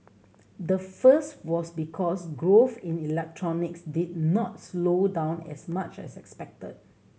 the first was because growth in electronics did not slow down as much as expected